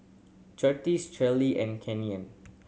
Curtiss Cheryll and Keanu